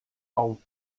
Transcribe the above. old